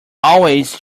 always